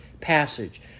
passage